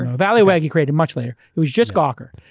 valleywag he created much later, it was just gawker.